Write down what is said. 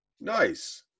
Nice